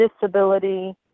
disability